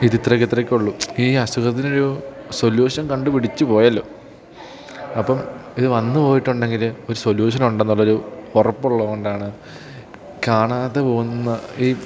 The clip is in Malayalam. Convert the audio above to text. ഇത് ഇത്രക്ക് ഇത്രക്കുള്ളൂ ഈ അസുഖത്തിനൊരു സൊല്യൂഷൻ കണ്ടു പിടിച്ചു പോയല്ലോ അപ്പം ഇതു വന്നു പോയിട്ടുണ്ടെങ്കിൽ ഒരു സൊല്യൂഷൻ ഉണ്ടെന്നുള്ളൊരു ഉറപ്പുള്ളതു കൊണ്ടാണ് കാണാതെ പോകുന്ന ഈ